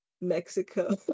mexico